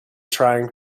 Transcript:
trying